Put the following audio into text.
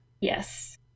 Yes